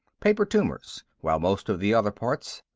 paper tumors, while most of the other parts,